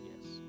Yes